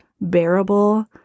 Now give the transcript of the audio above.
bearable